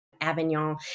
Avignon